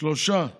שלושה נורבגים,